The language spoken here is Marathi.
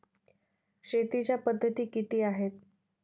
शेतीच्या पद्धती किती आहेत?